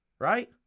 right